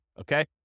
okay